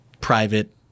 private